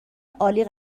عالی